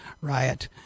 riot